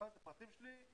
שם את הפרטים שלי,